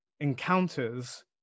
encounters